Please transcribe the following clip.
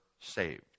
saved